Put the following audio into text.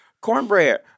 Cornbread